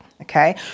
okay